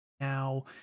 Now